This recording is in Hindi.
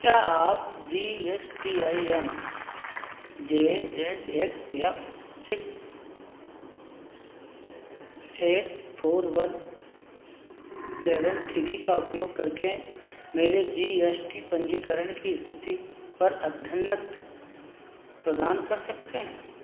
क्या आप G S T I N J Z X F six eight four one seven three का उपयोग करके मेरे जी एस टी पंजीकरण की स्थिति पर अद्यतन प्रदान कर सकते हैं